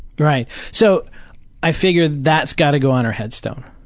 right, so i figure that's gotta go on our headstone.